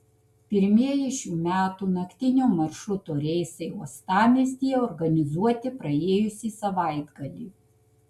pirmieji šių metų naktinio maršruto reisai uostamiestyje organizuoti praėjusį savaitgalį